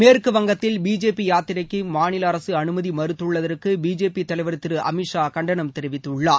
மேற்கு வங்கத்தில் பிஜேபி யாத்திரைக்கு மாநில அரசு அனுமதி மறுத்துள்ளதற்கு பிஜேபி தலைவர் திரு அமித்ஷா கண்டனம் தெரிவித்துள்ளார்